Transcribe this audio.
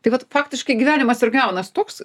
tai vat faktiškai gyvenimas ir gaunas toks